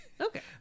okay